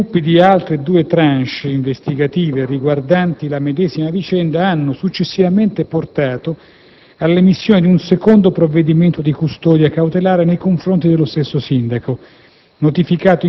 Gli sviluppi di altre due *tranches* investigative riguardanti la medesima vicenda hanno successivamente portato all'emissione di un secondo provvedimento di custodia cautelare nei confronti dello stesso sindaco,